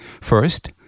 First